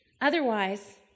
otherwise